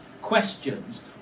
questions